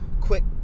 quick